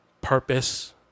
purpose